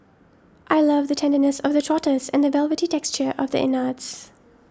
I love the tenderness of the trotters and the velvety texture of the innards